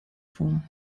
vor